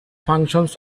functions